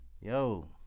Yo